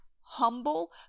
humble